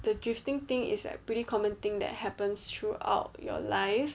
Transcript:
the drifting thing is a pretty common thing that happens throughout your life